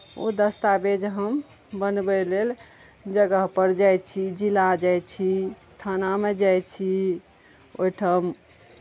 ओ दस्तावेज हम बनबय लेल जगहपर जाइ छी जिला जाइ छी थानामे जाइ छी ओहि ठाम